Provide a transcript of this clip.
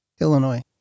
Illinois